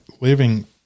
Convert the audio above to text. living